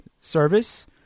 service